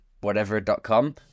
Whatever.com